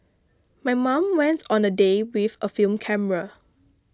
my mom went on a day out with a film camera